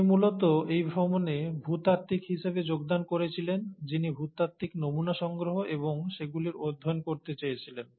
তিনি মূলত এই ভ্রমণে ভূতাত্ত্বিক হিসাবে যোগদান করেছিলেন যিনি ভূতাত্ত্বিক নমুনা সংগ্রহ এবং সেগুলি অধ্যয়ন করতে চেয়েছিলেন